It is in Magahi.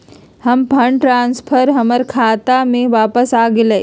हमर फंड ट्रांसफर हमर खाता में वापस आ गेल